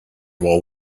while